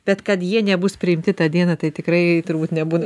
bet kad jie nebus priimti tą dieną tai tikrai turbūt nebūna